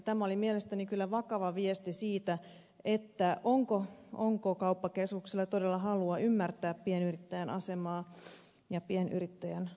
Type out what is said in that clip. tämä oli mielestäni kyllä vakava viesti siitä onko kauppakeskuksilla todella halua ymmärtää pienyrittäjän asemaa ja pienyrittäjän arkea